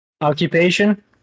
Occupation